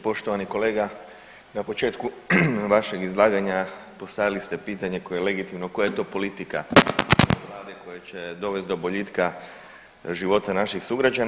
Poštovani kolega, na početku vašeg izlaganja postavili ste pitanje koje je legitimno, koja je to politika vlade koja će dovesti do boljitka život naših sugrađana.